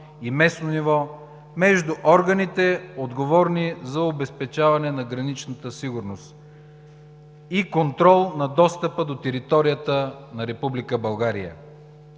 и местно ниво между органите, отговорни за обезпечаване на граничната сигурност и контрол на достъпа на територията на